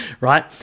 right